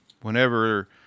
whenever